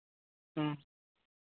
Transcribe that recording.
ᱦᱮᱸ